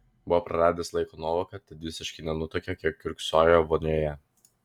buvo praradęs laiko nuovoką tad visiškai nenutuokė kiek kiurksojo vonioje